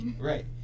Right